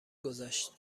گذشت